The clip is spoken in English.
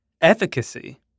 efficacy